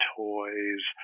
toys